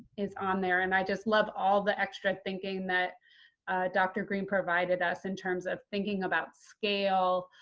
is on there. and i just love all the extra thinking that dr. green provided us, in terms of thinking about scale,